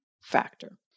factor